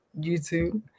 YouTube